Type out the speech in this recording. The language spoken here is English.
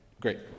Great